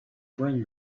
bring